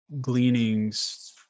gleanings